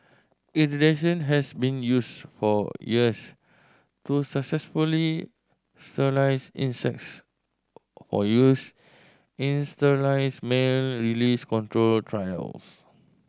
irradiation has been used for years to successfully sterilise insects of use in sterile male release control trials